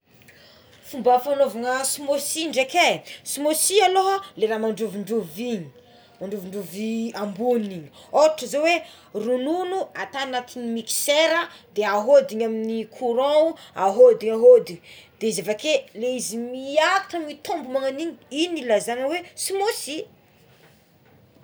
Fomba fanaovana smoothie dreky é smoothie aloha le raha madrovirovy igny mandrovidrovy ambognigny otra zao hoe ronono ata anatin'ny mixera de ahodigny amigny ny korant ahodigny ahodigny de izy avake le izy miakatra mitombo magnagno agny igny no ilazana hoe smoothie.